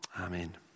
Amen